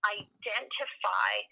identify